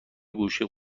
گوشی